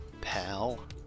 pal